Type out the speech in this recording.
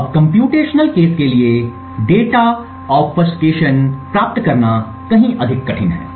अब computational case के लिए डेटा ऑबफ्यूजेशन प्राप्त करना कहीं अधिक कठिन है